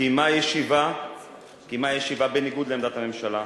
קיימה ישיבה בניגוד לעמדת הממשלה,